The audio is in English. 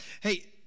hey